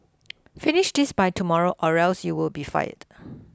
finish this by tomorrow or else you'll be fired